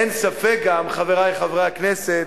אין ספק גם, חברי חברי הכנסת,